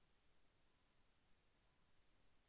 ఎరువులు పోషకాలను పెంచుతాయా?